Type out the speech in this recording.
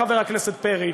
חבר הכנסת פרי,